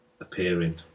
Appearing